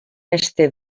este